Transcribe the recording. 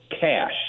cash